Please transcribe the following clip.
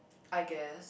I guess